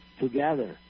together